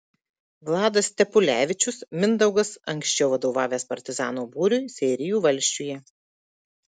vladas stepulevičius mindaugas anksčiau vadovavęs partizanų būriui seirijų valsčiuje